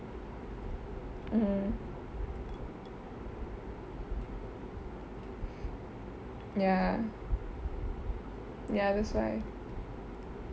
mm ya ya that's why